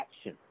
action